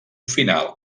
final